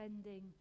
spending